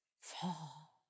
fall